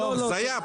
הזיה.